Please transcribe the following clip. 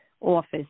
office